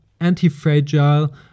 Anti-fragile